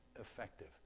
effective